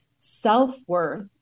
self-worth